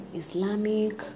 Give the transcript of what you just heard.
islamic